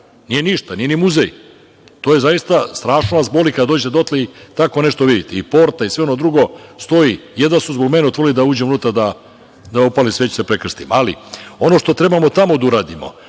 Nije ništa, nije ni muzej. To je zaista, strašno vas boli kada dođete dotle i tako nešto vidite, i porta i sve ono drugo stoji. Jedva su zbog mene otvorili da uđem unutra, da upalim sveću da se prekrstim. Ali, ono što trebamo tamo da uradimo,